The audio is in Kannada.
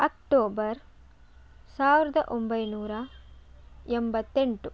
ಅಕ್ಟೋಬರ್ ಸಾವಿರದ ಒಂಬೈನೂರ ಎಂಬತ್ತೆಂಟು